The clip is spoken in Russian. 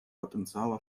потенциала